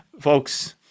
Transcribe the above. Folks